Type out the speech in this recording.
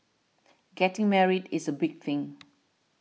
getting married is a big thing